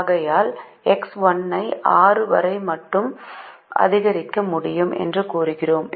ஆகையால் X1 ஐ 6 வரை மட்டுமே அதிகரிக்க முடியும் என்று கூறுகிறோம்